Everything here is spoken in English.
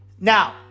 now